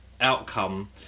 outcome